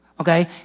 Okay